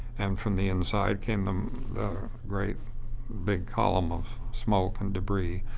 from the inside came the great big column of smoke and debris,